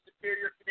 superior